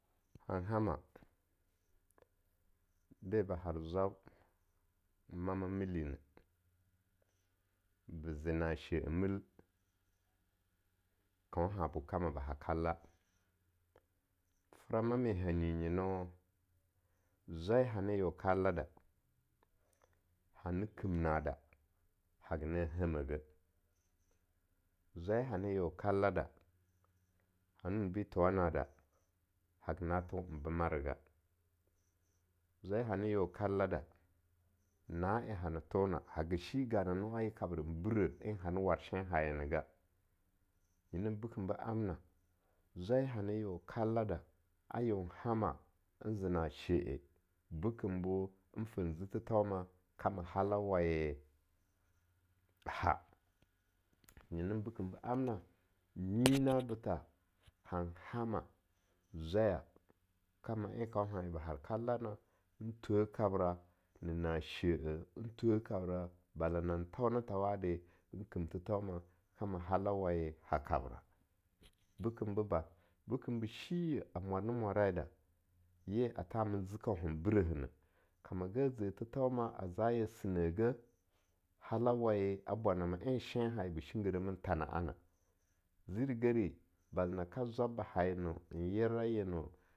Hen hama be ba har zwab mama milineh be ze na she-eh mil kaunahabo kama ba ha kalla, frama ma hanyi nyeno zwai hane yeo kalla da hani kim hada haga na hamehgeh, zwai hani yeo kalla da, hane wunbe thowa nada, haga na thon bemaraga, zwai hani yeo kalla da na en hana thona haga shi ganano'a ye kabren breh en hane war shenhaye nega, nyina bekimbo amna, zwai hani yeo kallada a yeon hama ze na'a she-eh, bekembon fen zi thethouma kama halauwaye-ha, nyina bekem bo amna nyi na bo tha hanhama zwaya kama en kaunhaye ba har kallanan thwe kabra n na she-eh, n thwe kabra bala nan thau nathwade, kim thethouna kama halauwaye ha kabra, bekem boba, bekem bo shiye a mwar na mwarai da, ye a thami zi kauhen nbrehehneh, kamaga ze thethauma a za ya sineh geh halauwaye a bwanama en shen ye ba shinggiremin thana'a na, zirigeri bala na ka zwab ba nayeno nyera yeno.